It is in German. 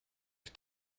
die